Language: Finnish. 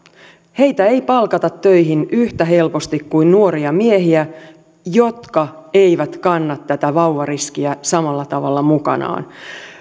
heitä ei palkata töihin yhtä helposti kuin nuoria miehiä jotka eivät kanna tätä vauvariskiä samalla tavalla mukanaan